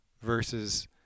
versus